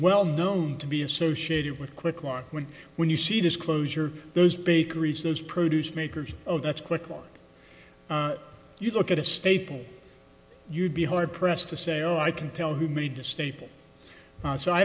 well known to be associated with quick lock when when you see disclosure those bakeries those produce makers of that's quicker you look at a staple you'd be hard pressed to say oh i can tell who made the staple so i